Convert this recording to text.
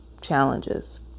challenges